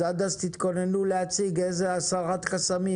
אז עד אז תתכוננו להציג איזו הסרת חסמים